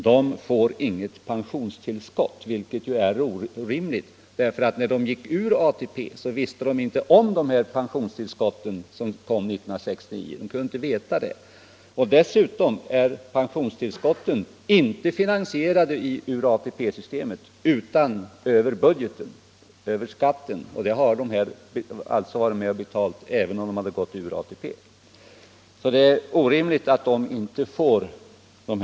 De får inget pensionstillskott, vilket ju är orimligt, för när de gick ur ATP kunde de inte veta någonting om pensionstillskotten, som kom till 1969. Dessutom är pensionstillskotten inte finansierade ur ATP-systemet utan över budgeten. Man får alltså vara med om att betala till dem, även om man gått ur ATP.